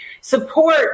support